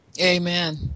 Amen